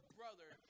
brother